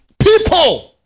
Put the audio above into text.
people